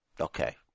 Okay